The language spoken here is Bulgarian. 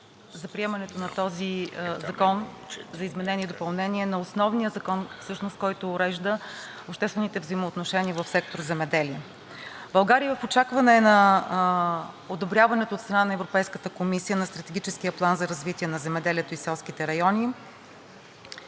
от приемането на този закон за изменение и допълнение на основния закон, който всъщност урежда обществените взаимоотношения в сектор „Земеделие“. България е в очакване на одобряването от страна на Европейската комисия на Стратегическия план за развитието на земеделието и селските райони.